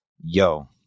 Yo